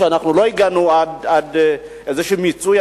שאנחנו לא הגענו בהם עד איזשהו מיצוי.